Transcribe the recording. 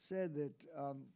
said that u